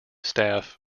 staff